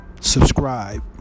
Subscribe